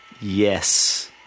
Yes